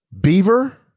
Beaver